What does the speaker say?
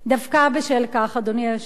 דווקא בשל כך, אדוני היושב-ראש,